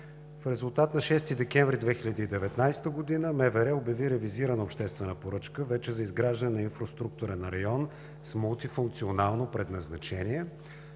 В резултат на това на 6 декември 2019 г. МВР обяви ревизирана обществена поръчка за изграждане на инфраструктурен район с мултифункционално предназначение